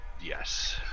Yes